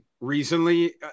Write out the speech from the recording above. recently